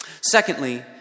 Secondly